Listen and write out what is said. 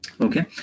okay